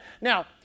Now